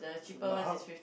so but how